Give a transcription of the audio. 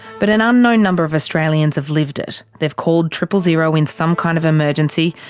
but an unknown number of australians have lived it. they've called triple-zero in some kind of emergency,